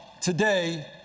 today